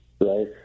right